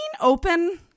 open